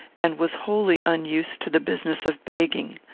and was wholly unused to the business of begging.